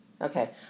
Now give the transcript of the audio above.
Okay